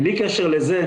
בלי קשר לזה,